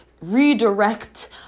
redirect